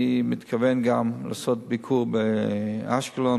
אני מתכוון גם לעשות ביקור באשקלון,